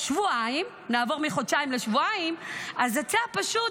אתם צריכים לדאוג שמצביעים על הצעת החוק הזאת.